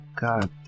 God